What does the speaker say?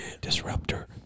disruptor